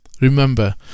Remember